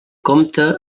compta